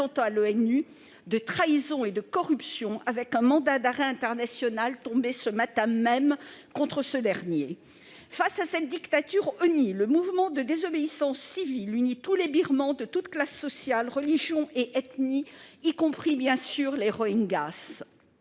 à l'ONU, de trahison et de corruption, un mandat d'arrêt international ayant été émis ce matin même contre celui-ci. Face à cette dictature honnie, le mouvement de désobéissance civile unit tous les Birmans, de toutes classes sociales religions et ethnies, y compris, bien sûr, les Rohingyas.